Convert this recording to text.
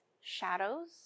shadows